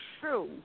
true